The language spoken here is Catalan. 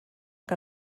que